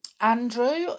Andrew